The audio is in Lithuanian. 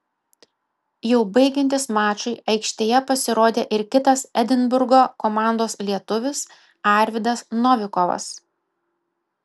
jau baigiantis mačui aikštėje pasirodė ir kitas edinburgo komandos lietuvis arvydas novikovas